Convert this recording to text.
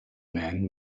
man